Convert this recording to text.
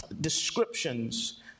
descriptions